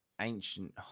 ancient